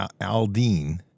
Aldean